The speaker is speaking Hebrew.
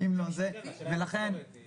יש לכם איזה חזון או מדיניות בנושא הזה?